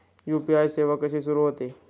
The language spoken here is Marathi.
यू.पी.आय सेवा कशी सुरू होते?